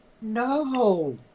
No